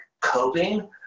coping